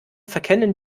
verkennen